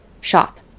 shop